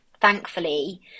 thankfully